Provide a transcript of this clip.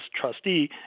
trustee